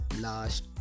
last